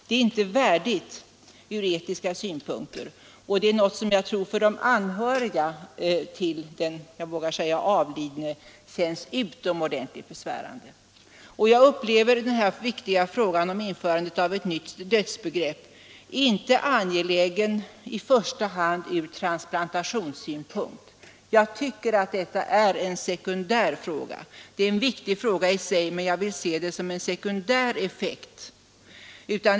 Det är ur etiska synpunkter inte värdigt, och det är något som jag tror för de anhöriga till den ”avlidne” känns utomordentligt besvärande. Jag upplever denna viktiga fråga om införandet av ett nytt dödsbegrepp inte i första hand som angelägen ur transplantationssynpunkt, det är en sekundär fråga även om den är viktig i sig.